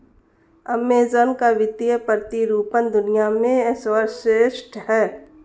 Amazon का वित्तीय प्रतिरूपण दुनिया में सर्वश्रेष्ठ है